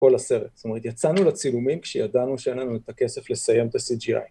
כל הסרט, זאת אומרת יצאנו לצילומים כשידענו שאין לנו את הכסף לסיים את הCGI